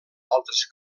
altres